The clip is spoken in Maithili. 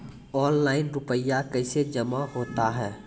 ऑनलाइन रुपये कैसे जमा होता हैं?